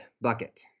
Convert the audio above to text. bucket